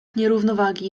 nierównowagi